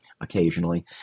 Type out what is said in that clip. occasionally